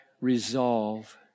resolve